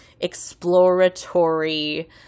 exploratory